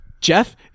Jeff